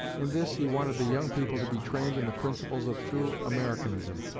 in this, he wanted the young people to be trained in the principles of true americanism.